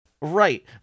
Right